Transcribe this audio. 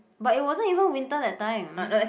but it wasn't even winter that time